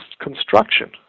construction